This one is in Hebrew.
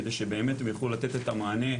כדי שבאמת הן יוכלו לתת את המענה,